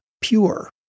pure